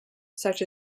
such